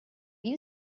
you